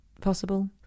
possible